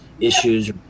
issues